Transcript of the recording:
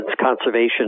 Conservation